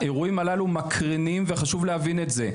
האירועים הללו מקרינים, וחשוב להבין את זה.